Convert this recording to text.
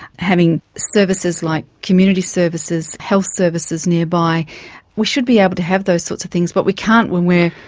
having services like community services, health services nearby we should be able to have those sorts of things but we can't when we are,